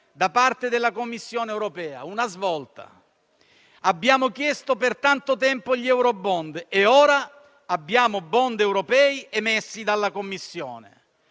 da parte della Commissione europea: una svolta. Abbiamo chiesto per tanto tempo gli eurobond e ora abbiamo *bond* europei emessi dalla Commissione;